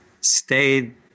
stayed